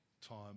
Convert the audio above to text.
time